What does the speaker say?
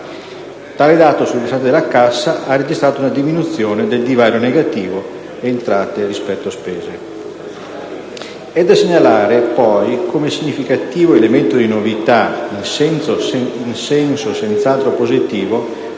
Tale dato, sul versante della cassa, ha registrato una diminuzione del divario negativo delle entrate rispetto alle spese. È da segnalare come significativo elemento di novità, in senso senz'altro positivo,